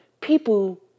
people